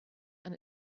and